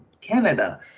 Canada